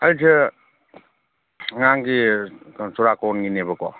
ꯑꯩꯁꯦ ꯑꯉꯥꯡꯒꯤ ꯀꯩꯅꯣ ꯆꯨꯔꯥꯀꯣꯔꯣꯟꯒꯤꯅꯦꯕꯀꯣ